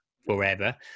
forever